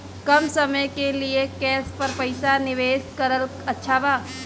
कम समय के लिए केस पर पईसा निवेश करल अच्छा बा?